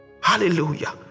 Hallelujah